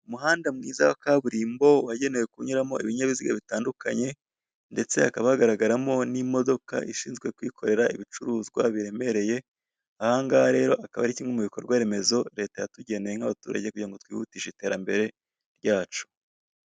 Umuhanda mwiza wa kaburimbo wagenewe kunyuramo ibinyabiziga bitandukanye ndetse hakaba hagaragaramo n'imodoka ishinzwe kwikorera ibicuruzwa biremereye, aha ngaha rero akaba ari kimwe mu bikorwaremezo Leta yatugeneye nk'abaturage kugira ngo twihutishe iterambere ryacu.